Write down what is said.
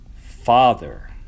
Father